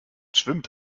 schwimmt